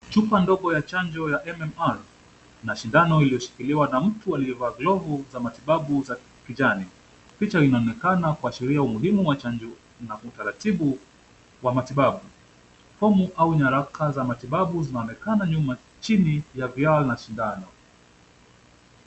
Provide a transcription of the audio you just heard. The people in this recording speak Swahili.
Chupa ndogo ya chanjo ya MMR na sindano iliyoshikiliwa na mtu aliyevaa glovu za matibabu za kijani. Picha linaonekana kuashiria umuhimu wa chanjo na utaratibu wa matibabu. Fomu au nyaraka za matibabu zinaonekana nyuma chini ya vial na sindano.